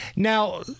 Now